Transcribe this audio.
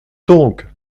donc